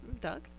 Doug